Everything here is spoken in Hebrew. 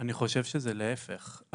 אני חושב שזה להפך.